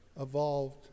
evolved